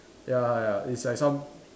ya ya it's like some